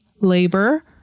labor